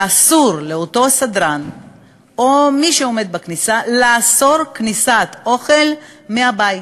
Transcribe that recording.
שאסור לאותו סדרן או מי שעומד בכניסה לאסור הכנסת אוכל מהבית.